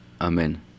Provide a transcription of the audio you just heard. Amen